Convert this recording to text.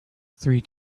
three